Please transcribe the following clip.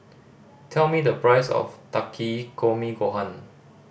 tell me the price of Takikomi Gohan